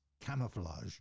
camouflage